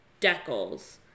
decals